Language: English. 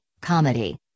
comedy